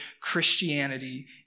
Christianity